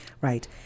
Right